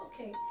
okay